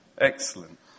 Excellent